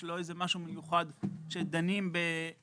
שהיא לא איזה משהו מיוחד שדנים ב --- אבל